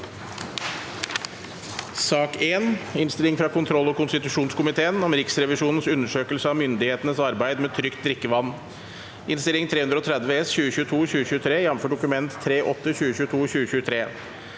Innstilling fra kontroll- og konstitusjonskomiteen om Riksrevisjonens undersøkelse av myndighetenes arbeid med trygt drikkevann (Innst. 330 S (2022–2023), jf. Dokument 3:8 (2022–2023))